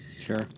Sure